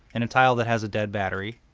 and a tile that has a dead battery.